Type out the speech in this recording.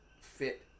fit